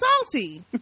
salty